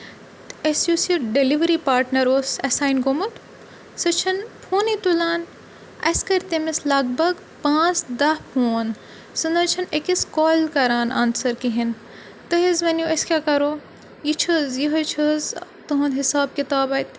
أسۍ یُس یہِ ڈیٚلِؤری پاٹنَر اوس اَسان گوٚمُت سُہ چھَنہٕ فونٕے تُلان اَسہِ کٔرۍ تٔمِس لَگ بَگ پانٛژھ دَہ فون سُہ نہ حظ چھَنہٕ أکِس کال کَران آنسَر کِہیٖنۍ تُہۍ حظ ؤنِو أسۍ کیٛاہ کَرو یہِ چھِ حظ یِہَے چھِ حظ تُہُنٛد حِساب کِتاب اَتہِ